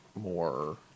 more